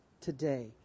today